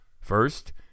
First